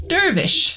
Dervish